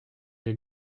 des